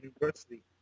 University